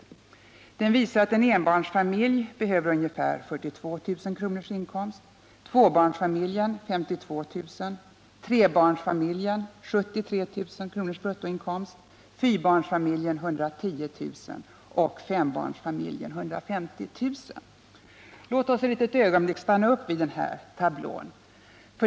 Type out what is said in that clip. Tablån visar att enbarnsfamiljen behöver 42 000 kr. i bruttoinkomst, tvåbarnsfamiljen 52 000 kr., trebarnsfamiljen 73000 kr., fyrabarnsfamiljen 110000 kr. och fembarnsfamiljen 150 000 kr. Låt oss ett litet ögonblick stanna upp vid denna tablå.